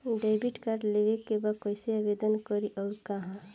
Debit card लेवे के बा कइसे आवेदन करी अउर कहाँ?